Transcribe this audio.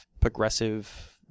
progressive